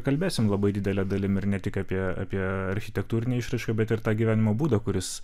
kalbėsim labai didele dalimi ir ne tik apie apie architektūrinę išraišką bet ir tą gyvenimo būdą kuris